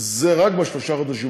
זה רק בשלושת החודשים האלה.